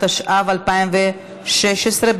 התשע"ו 2016,